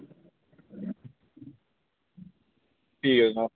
ठीक ऐ जनांब